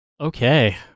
Okay